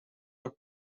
are